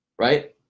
right